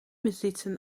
besitzen